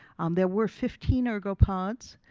there were fifteen ergopods.